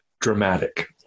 dramatic